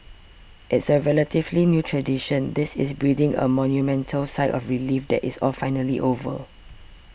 it's a relatively new tradition this is breathing a monumental sigh of relief that it's all finally over